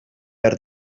behar